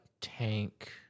tank